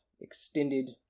extended